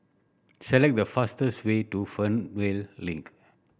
select the fastest way to Fernvale Link